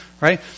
right